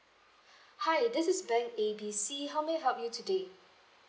hi this is bank A B C how may I help you today